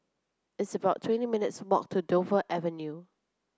it's about twenty minutes' walk to Dover Avenue